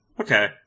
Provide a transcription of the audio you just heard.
Okay